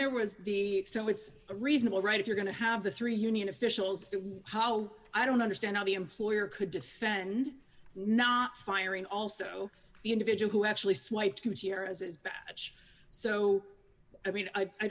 there was the so it's a reasonable right if you're going to have the three union officials how i don't understand how the employer could defend not firing also the individual who actually swiped gutierrez's so i mean i